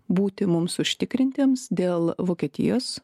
būti mums užtikrintiems dėl vokietijos